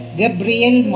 Gabriel